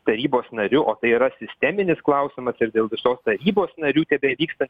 tarybos nariu o tai yra sisteminis klausimas ir dėl viso tarybos narių tebevyksta